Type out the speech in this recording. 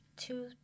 two